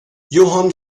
johann